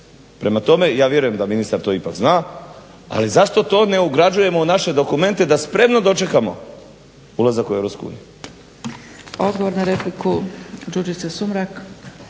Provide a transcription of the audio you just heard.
Prema tome, ja vjerujem da ministar ipak zna ali zašto to ne ugrađujemo u naše dokumente da spremno dočekamo ulazak u EU.